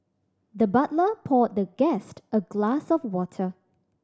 the butler poured the guest a glass of water